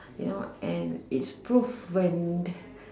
they're not and it's proved when